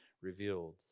revealed